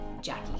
Jackie